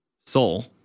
soul